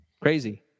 crazy